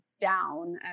down